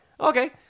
okay